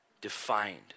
defined